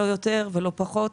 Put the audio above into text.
לא יותר ולא פחות,